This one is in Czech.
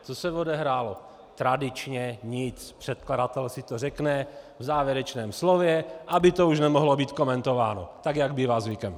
Co se odehrálo tradičně nic, předkladatel si to řekne v závěrečném slově, aby to už nemohlo být komentováno, tak jak bývá zvykem.